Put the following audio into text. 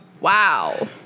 Wow